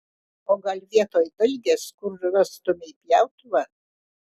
o gal vietoj dalgės kur rastumei pjautuvą